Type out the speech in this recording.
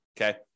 Okay